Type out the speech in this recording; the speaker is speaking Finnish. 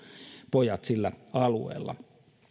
pojat sillä alueella